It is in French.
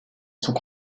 sont